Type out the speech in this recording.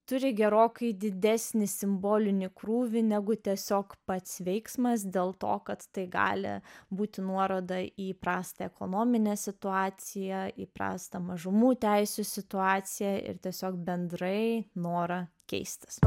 turi gerokai didesnį simbolinį krūvį negu tiesiog pats veiksmas dėl to kad tai gali būti nuoroda į prastą ekonominę situaciją į prastą mažumų teisių situaciją ir tiesiog bendrai norą keistis